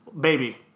Baby